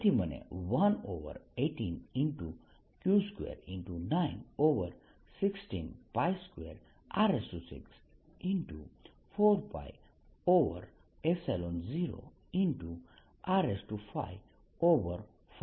તેથી મને 118Q2916 2 R640R55 મળશે